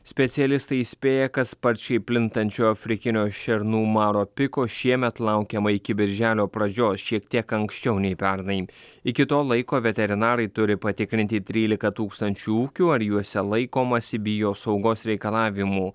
specialistai įspėja kad sparčiai plintančio afrikinio šernų maro piko šiemet laukiama iki birželio pradžios šiek tiek anksčiau nei pernai iki to laiko veterinarai turi patikrinti trylika tūkstančių ūkių ar juose laikomasi biosaugos reikalavimų